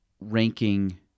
ranking